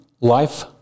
life